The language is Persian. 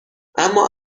اما